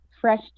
fresh